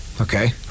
Okay